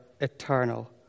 eternal